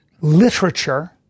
literature